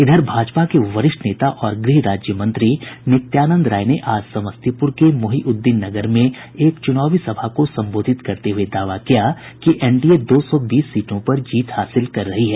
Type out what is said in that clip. इधर भाजपा के वरिष्ठ नेता और गृह राज्य मंत्री नित्यानंद राय ने आज समस्तीपुर के मोहिउद्दीन नगर में एक चुनावी सभा को संबोधित करते हुए दावा किया कि एनडीए दो सौ बीस सीटों पर जीत हासिल कर रही है